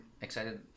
excited